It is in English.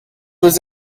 was